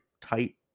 tight